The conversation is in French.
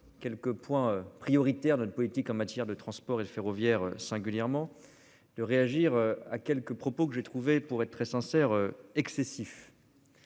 Quelques points prioritaires de la politique en matière de transport et ferroviaire singulièrement de réagir à quelques propos que j'ai trouvé pour être très sincères excessif.